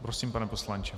Prosím, pane poslanče.